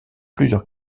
plusieurs